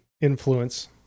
influence